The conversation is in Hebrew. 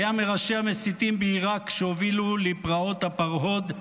היה מראשי המסיתים בעיראק שהובילו לפרעות הפרהוד,